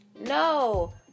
no